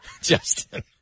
Justin